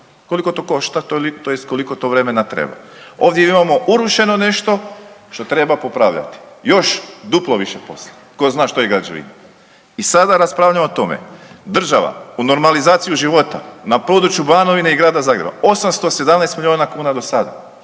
Koliko to košta? Tj. koliko to vremena treba. Ovdje imamo urušeno nešto što treba popravljati još duplo više posla tko zna što je građevina. I sada raspravljamo o tome, država u normalizaciju života na području Banovine i grada Zagreba 817 milijuna kuna do sada.